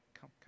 come